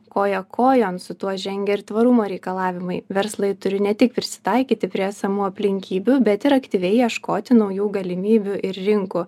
koja kojon su tuo žengia ir tvarumo reikalavimai verslai turi ne tik prisitaikyti prie esamų aplinkybių bet ir aktyviai ieškoti naujų galimybių ir rinkų